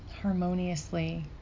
Harmoniously